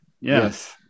Yes